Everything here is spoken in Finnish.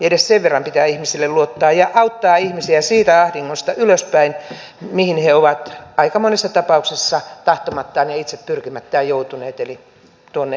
edes sen verran pitää ihmisiin luottaa ja auttaa ihmisiä ylöspäin siitä ahdingosta mihin he ovat aika monessa tapauksessa tahtomattaan ja itse pyrkimättään joutuneet eli luottorekisteristä